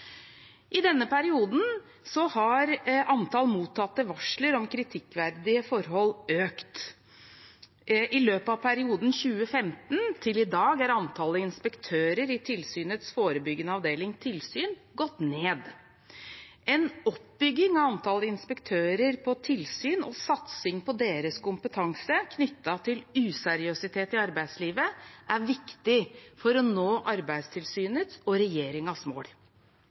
I denne perioden har antall mottatte varsler om kritikkverdige forhold økt. I løpet av perioden fra 2015 til i dag er antallet inspektører i tilsynets forebyggende avdeling, tilsyn, gått ned. En oppbygging av antallet inspektører på tilsyn, og satsing på deres kompetanse knyttet til useriøsitet i arbeidslivet, er viktig for å nå Arbeidstilsynets og regjeringens mål.